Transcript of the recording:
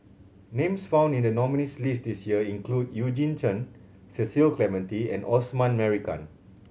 names found in the nominees' list this year include Eugene Chen Cecil Clementi and Osman Merican